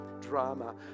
drama